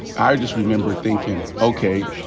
i just remember thinkin', okay,